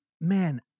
man